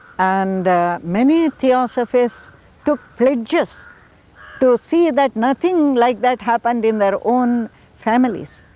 and many theosophists took pledges to see that nothing like that happened in their own families.